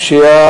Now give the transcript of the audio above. הפשיעה,